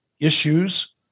issues